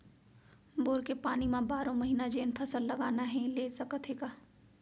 bore के पानी म बारो महिना जेन फसल लगाना हे ले सकत हे